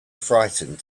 frightened